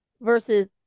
versus